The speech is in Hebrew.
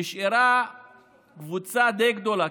נשארה קבוצה די גדולה,